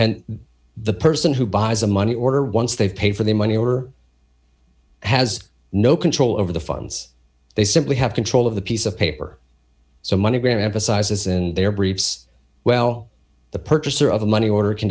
and the person who buys a money order once they pay for the money or has no control over the funds they simply have control of the piece of paper so money gram emphasizes and their briefs well the purchaser of a money order can